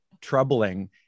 troubling